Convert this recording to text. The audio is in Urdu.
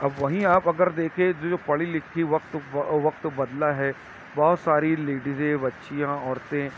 اب وہیں آپ اگر دیکھیں تو جو پڑھی لکھی وقت وقت بدلا ہے بہت ساری لیڈیزیں بچیاں عورتیں